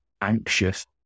anxious